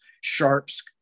sharps